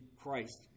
Christ